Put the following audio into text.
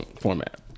format